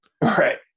Right